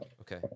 Okay